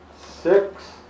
Six